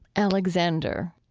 alexander,